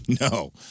No